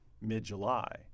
mid-July